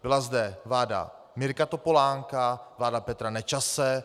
Byla zde vláda Mirka Topolánka, vláda Petra Nečase.